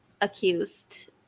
accused